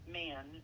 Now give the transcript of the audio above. man